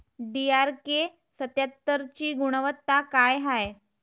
DRK सत्यात्तरची गुनवत्ता काय हाय?